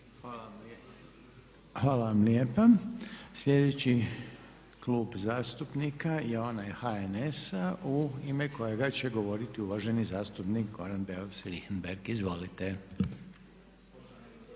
Hvala vam lijepa. Sljedeći klub zastupnika je onaj HNS-a u ime kojega će govoriti uvaženi zastupnik Goran Beus Richembergh, izvolite. **Beus